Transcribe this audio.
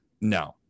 no